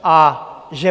A že